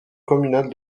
communal